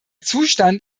zustand